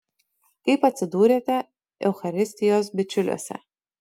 kaip atsidūrėte eucharistijos bičiuliuose